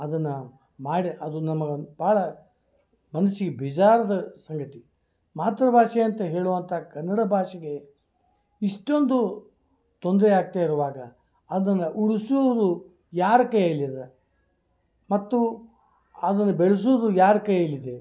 ಅದನ್ನು ಮಾಡಿ ಅದು ನಮ್ಗೆ ಭಾಳ ಮನಸಿಗೆ ಬೇಜಾರ್ದು ಸಂಗತಿ ಮಾತೃ ಭಾಷೆ ಅಂತ ಹೇಳುವಂಥ ಕನ್ನಡ ಭಾಷೆಗೆ ಇಷ್ಟೊಂದು ತೊಂದರೆ ಆಗ್ತಾಯಿರುವಾಗ ಅದನ್ನು ಉಳಿಸುವುದು ಯಾರ ಕೈಯ್ಯಲ್ಲಿದೆ ಮತ್ತು ಅದನ್ನು ಬೆಳ್ಸೋದು ಯಾರ ಕೈಯ್ಯಲ್ಲಿದೆ